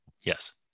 Yes